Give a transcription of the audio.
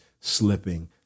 slipping